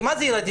כי מה זה ילדים?